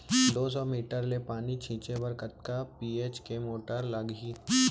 दो सौ मीटर ले पानी छिंचे बर कतका एच.पी के मोटर लागही?